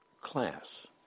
class